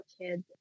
kids